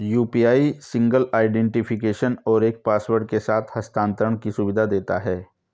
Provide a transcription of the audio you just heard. UPI single identification और एक password के साथ हस्थानांतरण की सुविधा देता है